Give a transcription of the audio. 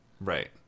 Right